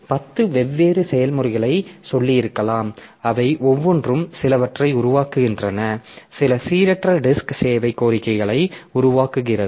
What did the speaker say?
எனவே பத்து வெவ்வேறு செயல்முறைகளைச் சொல்லியிருக்கலாம் அவை ஒவ்வொன்றும் சிலவற்றை உருவாக்குகின்றன சில சீரற்ற டிஸ்க் சேவை கோரிக்கைகளை உருவாக்குகிறது